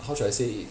how should I say it